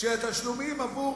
של התשלומים עבור